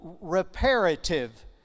reparative